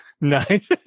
Nice